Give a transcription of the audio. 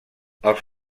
els